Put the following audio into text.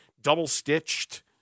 double-stitched